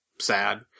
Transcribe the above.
sad